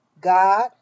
God